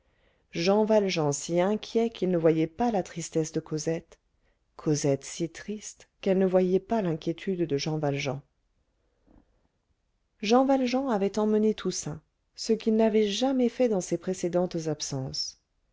jean valjean si inquiet qu'il ne voyait pas la tristesse de cosette cosette si triste qu'elle ne voyait pas l'inquiétude de jean valjean jean valjean avait emmené toussaint ce qu'il n'avait jamais fait dans ses précédentes absences